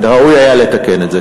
וראוי היה לתקן את זה.